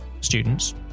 students